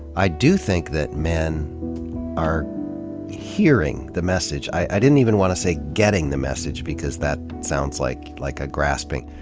i do think that men are hearing the message. i didn't even want to say getting the message because that sounds like like a grasping.